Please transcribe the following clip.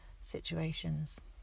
situations